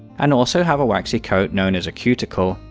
and also have a waxy coat known as a cuticle,